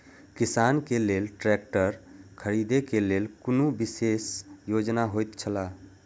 किसान के लेल ट्रैक्टर खरीदे के लेल कुनु विशेष योजना होयत छला?